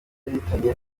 yahitanye